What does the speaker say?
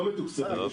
לא לחודש.